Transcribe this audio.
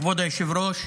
כבוד היושב-ראש,